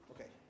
Okay